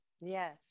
yes